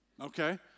okay